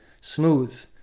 smooth